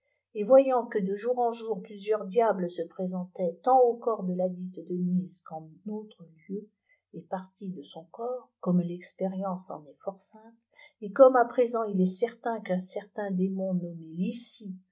et voyant que de jour en jour plusieurs diables se présentaient tant au corps de ladite denyse qu'en autres lieux et parties de son corps comme l'expérience en est fort simple et comme à présent il est certain qu'ùa cer tain démon nommé lissi